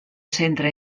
centre